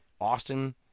Austin